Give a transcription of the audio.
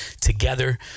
together